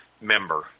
member